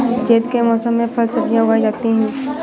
ज़ैद के मौसम में फल सब्ज़ियाँ उगाई जाती हैं